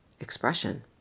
expression